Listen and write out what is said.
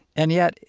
and yet,